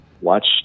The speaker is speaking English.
watch